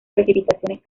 precipitaciones